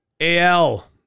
AL